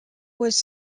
was